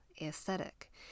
aesthetic